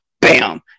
Bam